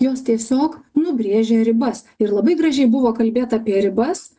jos tiesiog nubrėžia ribas ir labai gražiai buvo kalbėta apie ribas